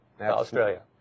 Australia